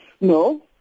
No